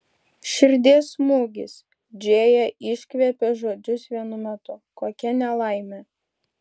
širdies smūgis džėja iškvėpė žodžius vienu metu kokia nelaimė